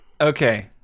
Okay